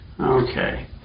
Okay